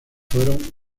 fueron